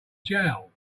jail